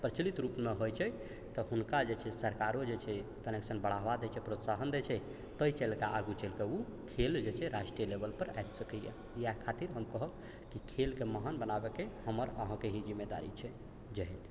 प्रचलित रूपमे होइ छै तऽ हुनका जे छै सरकारो जे छै कनेसँ बढ़ावा दै छै प्रोत्साहन दै छै ताहि चलि कऽ आगू चलि कऽ ओ खेल जे छै राष्ट्रीय लेवल पर आबि सकैए इएह खातिर हम कहब कि खेल के महान बनाबऽ के हमर अहाँके ही जिम्मेदारी छै जय हिन्द